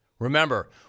Remember